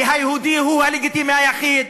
ושהיהודי הוא הלגיטימי היחיד.